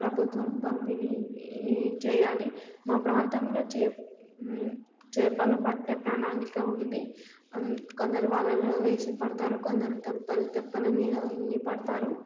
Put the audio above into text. ప్రభుత్వం పంపిణీ చేయాలి మా ప్రాంతంలో చేపలు పట్టే ప్రణాళిక ఉంది కొందరు వాలలు వేసి పడతారు కొందరు తెప్ప తెప్పలని మీద వెళ్ళి పడతారు